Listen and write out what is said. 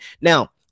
Now